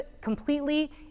completely